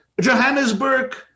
Johannesburg